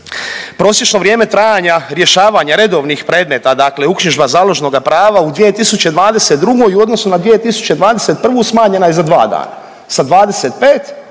prosječno vrijeme trajanja rješavanja redovnih predmeta dakle uknjižba založnoga prava u 2022. u odnosu na 2021. smanjena je za 2 dana, sa 25